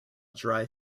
dry